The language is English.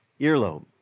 earlobe